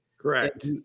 Correct